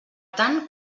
tant